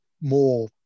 more